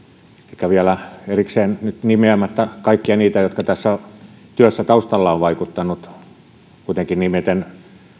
ehkä erikseen nyt nimeämättä kaikkia niitä jotka tässä työssä taustalla ovat vaikuttaneet kuitenkin nimeten